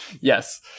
Yes